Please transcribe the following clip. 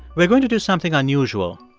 we're going to do something unusual.